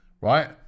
right